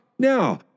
Now